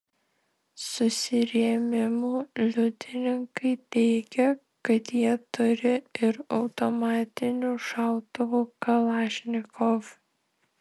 susirėmimų liudininkai teigia kad jie turi ir automatinių šautuvų kalašnikov